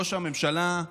ראש הממשלה,